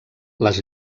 les